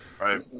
Right